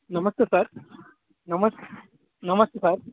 నమస్తే సార్ నమస్ నమస్తే సార్